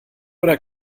oder